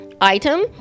item